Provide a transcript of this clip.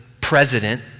president